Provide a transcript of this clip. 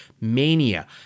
mania